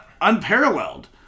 unparalleled